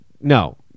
no